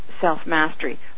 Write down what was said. self-mastery